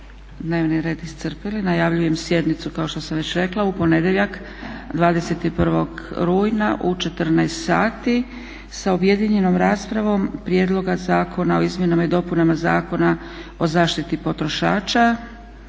dnevni red iscrpili. Najavljujem sjednicu kao što sam već rekla u ponedjeljak 21.rujna u 14,00 sati sa objedinjenom raspravom prijedloga Zakona o izmjenama i dopunama Zakona o zaštiti potrošača